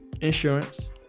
insurance